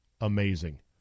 amazing